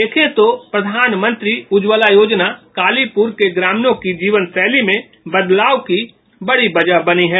देखे तो प्रधानमंत्री उज्ज्वला योजना कालीपुर के ग्रामीणों जीवनशैली में बदलाव की बड़ी वजह बनी है